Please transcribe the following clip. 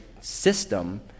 system